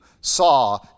saw